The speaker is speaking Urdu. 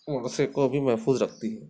ورثے کو بھی محفوظ رکھتی ہے